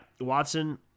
Watson